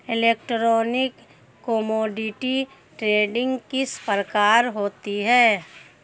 Electronic commodity trading किस प्रकार होती है?